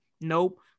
nope